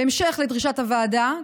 בהמשך לדרישת הוועדה,